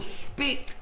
speak